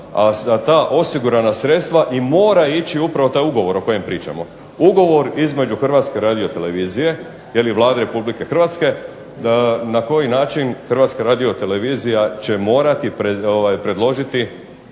za ta osigurana sredstva i mora ići upravo taj ugovor o kojem pričamo, ugovor između Hrvatske radiotelevizije ili Vlade Republike Hrvatske na koji način Hrvatska radiotelevizija će morati predložiti